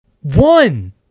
one